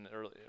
early